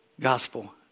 gospel